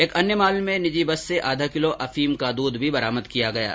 एक अन्य मामले में निजी बस से आधा किलो अफीम का दूध भी बरामद किया गया है